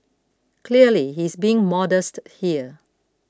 clearly he's being modest here